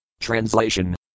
Translation